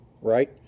right